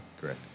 correct